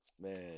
Man